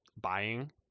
buying